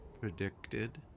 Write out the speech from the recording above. predicted